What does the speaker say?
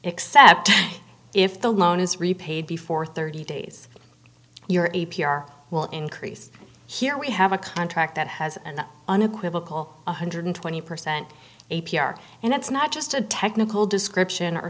except if the loan is repaid before thirty days your a p r will increase here we have a contract that has an unequivocal one hundred twenty percent a p r and it's not just a technical description or